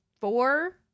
four